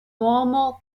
uomo